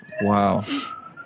Wow